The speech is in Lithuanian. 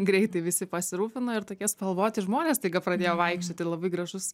greitai visi pasirūpina ir tokie spalvoti žmonės staiga pradėjo vaikščioti labai gražus